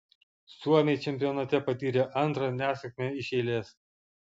suomiai čempionate patyrė antrą nesėkmę iš eilės